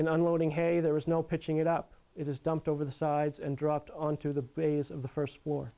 in unloading hay there was no pitching it up it was dumped over the sides and dropped onto the base of the first